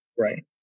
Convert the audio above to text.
right